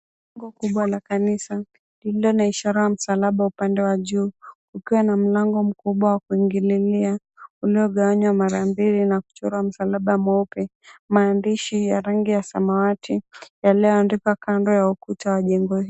Bango kubwa la kanisa lililo na ishara wa msalaba upande wa juu, ukiwa na mlango mkubwa wa kuingililia uliogawanywa mara mbili na kuchora msalaba mweupe. Maandishi ya rangi ya samawati yaliyoandikwa kando ya ukuta wa jengo hili.